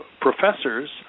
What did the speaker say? professors